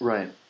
Right